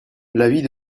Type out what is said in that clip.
l’avis